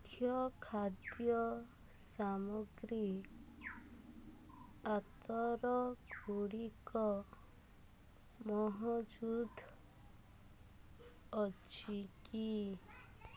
ମୁଖ୍ୟ ଖାଦ୍ୟ ସାମଗ୍ରୀ ଅତରଗୁଡ଼ିକ ମହଜୁଦ ଅଛି କି